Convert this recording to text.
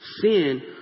Sin